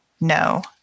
No